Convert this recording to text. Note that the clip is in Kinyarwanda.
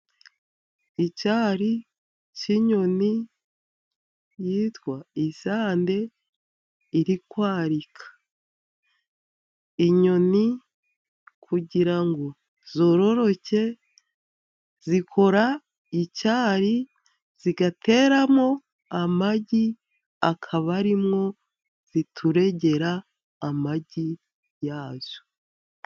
Icyari cy'inyoni yitwa isande irikwarika, inyoni kugira ngo zororoke zikora icyari zigatereramo amagi, akaba ari mo zituregera amagi yazo.